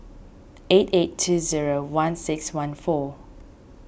eight eight two zero one six one four